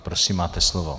Prosím, máte slovo.